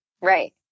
Right